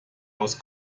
aus